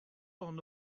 t’en